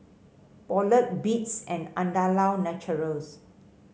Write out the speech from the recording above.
Poulet Beats and Andalou Naturals